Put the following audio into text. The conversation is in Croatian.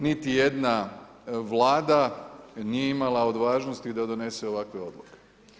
Niti jedna Vlada nije imala od važnosti da donese ovakve odluke.